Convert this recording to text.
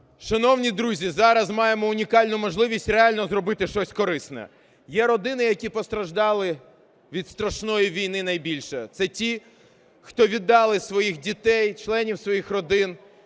Шановні друзі, зараз маємо унікальну можливість реально зробити щось корисне. Є родини, які постраждали від страшної війни найбільше. Це ті, хто віддали своїх дітей, членів своїх родин,